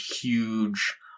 huge